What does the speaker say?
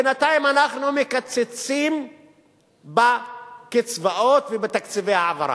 בינתיים אנחנו מקצצים בקצבאות ובתקציבי ההעברה.